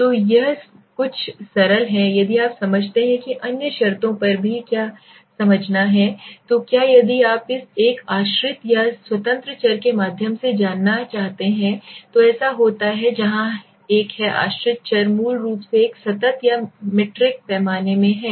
तो यह कुछ सरल है यदि आप समझते हैं कि अन्य शर्तों पर भी क्या समझना है तो क्या यदि आप एक आश्रित या स्वतंत्र चर के माध्यम से जाना चाहते हैं तो ऐसा होता है जहां एक है आश्रित चर मूल रूप से एक सतत या मीट्रिक पैमाने में है